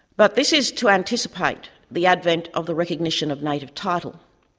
but this is to anticipate the advent of the recognition of native title.